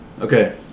Okay